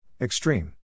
Extreme